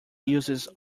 uses